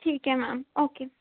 ਠੀਕ ਹੈ ma'am okay